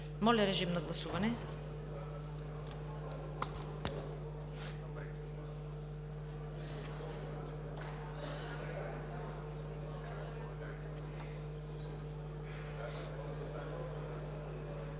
Моля режим на гласуване.